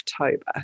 October